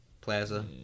Plaza